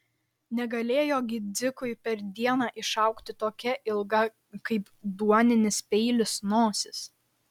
negalėjo gi dzikui per dieną išaugti tokia ilga kaip duoninis peilis nosis